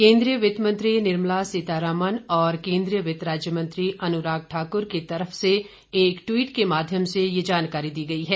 केंद्रीय वित्त मंत्री निर्मला सीतारमण और केंद्रीय वित्त राज्य मंत्री अनुराग ठाक्र के कार्यालय की तरफ से एक ट्वीट के माध्यम से ये जानकारी दी गई है